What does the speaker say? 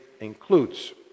includes